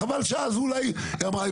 וחבל שאז אולי היא לא אמרה,